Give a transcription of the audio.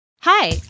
Hi